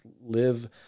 live